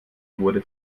wurde